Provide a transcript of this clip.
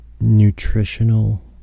Nutritional